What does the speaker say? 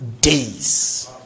days